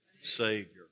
Savior